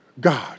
God